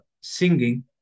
singing